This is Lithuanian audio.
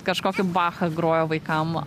kažkokį bachą groja vaikam